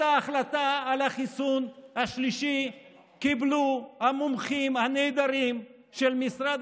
את ההחלטה על החיסון השלישי קיבלו המומחים הנהדרים של משרד